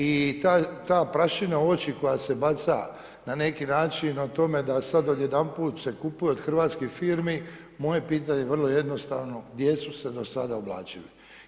I ta prašina u oči koja se baca na neki način o tome da sad odjedanput se kupuje od hrvatskih firmi moje pitanje je vrlo jednostavno gdje su se do sada oblačili.